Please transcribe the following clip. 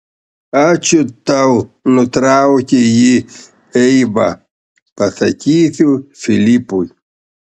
ačiū tau nutraukė jį eiva pasakysiu filipui